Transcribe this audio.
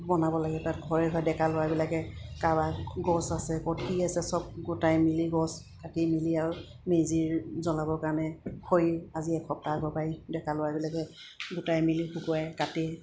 বনাব লাগে তাত ঘৰে ঘৰে ডেকা ল'ৰাবিলাকে কাৰোবাৰ গছ আছে ক'ত কি আছে চব গোটাই মেলি গছ কাটি মেলি আৰু মেজিৰ জ্বলাবৰ কাৰণে খৰি আজি এসপ্তাহ আগৰ পাৰি ডেকা ল'ৰাবিলাকে গোটাই মেলি শুকুৱাই কাটি